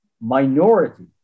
minority